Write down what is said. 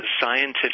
scientific